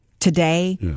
today